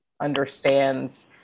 understands